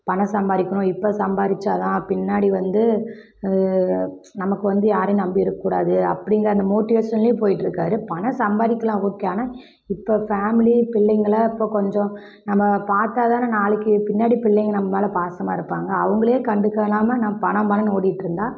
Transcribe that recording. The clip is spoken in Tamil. பணம் சம்பாதிக்கணும் இப்போ சம்பாதிச்சாதான் பின்னாடி வந்து நமக்கு வந்து யாரையும் நம்பி இருக்ககூடாது அப்படிங்கிற அந்த மோட்டிவேஷனில் போயிட்டிருக்காரு பணம் சம்பாதிக்கலாம் ஓகே ஆனால் இப்போ ஃபேமிலி பிள்ளைங்களெலாம் இப்போ கொஞ்சம் நம்ம பார்த்தாதான நாளைக்கு பின்னாடி பிள்ளைங்க நம்ம மேல் பாசமாக இருப்பாங்க அவங்களேயே கண்டுக்கலாம நான் பணம் பணோம்னு ஓடிகிட்ருந்தா